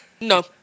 No